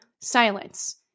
silence